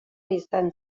izan